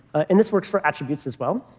and this works for attributes as well.